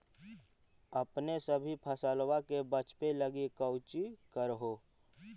अपने सभी फसलबा के बच्बे लगी कौची कर हो?